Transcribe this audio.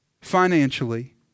financially